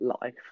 life